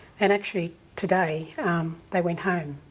and actually, today they went home